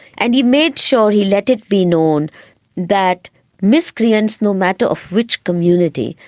and he made sure he let it be known that miscreants, no matter of which community,